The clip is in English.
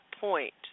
point